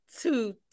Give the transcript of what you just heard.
two